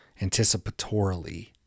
anticipatorily